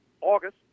August